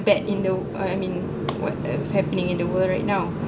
bad in the uh I mean what is happening in the world right now